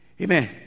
Amen